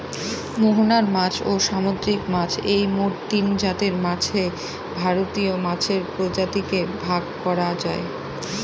মোহনার মাছ, ও সামুদ্রিক মাছ এই মোট তিনজাতের মাছে ভারতীয় মাছের প্রজাতিকে ভাগ করা যায়